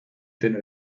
tener